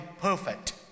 perfect